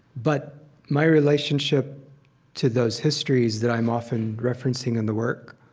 but my relationship to those histories that i'm often referencing in the work,